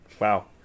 wow